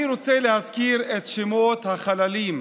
אני רוצה להזכיר את שמות החללים,